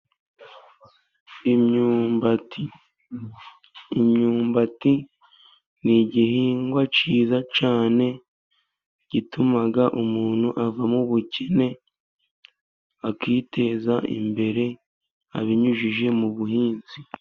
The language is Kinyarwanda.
Imyumbati, imyumbati ni igihingwa cyiza cyane, gituma umuntu ava mu bukene, akiteza imbere abinyujije mu buhinzi.